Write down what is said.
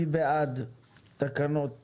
מי בעד תקנות 15,